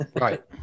Right